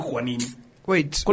Wait